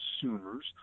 consumers